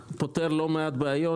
לא רק את התשלום השוטף,